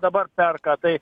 dabar perka tai